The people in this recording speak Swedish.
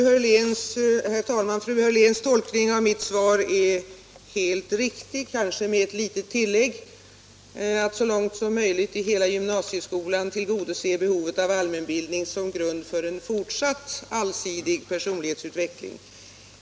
Herr talman! Fröken Hörléns tolkning av mitt svar är helt riktig. Jag vill möjligen göra ett litet tillägg. Utredningen bör sträva efter att så långt som möjligt i hela gymnasieskolan tillgodose behovet av allmänbildning som grund för en fortsatt allsidig personlighetsutveckling.